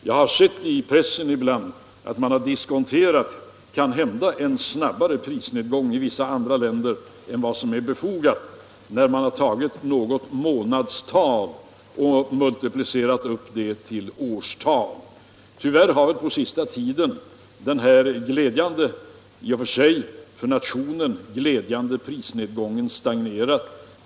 Jag har ibland sett i pressen att man diskonterat en snabbare prisnedgång i andra länder än vad som måhända är befogad, när man tagit något månadstal och multiplicerat upp det till årstal. Tyvärr har på senare tid denna för nationerna i och för sig glädjande prisnedgång stagnerat.